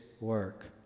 work